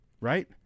right